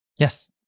Yes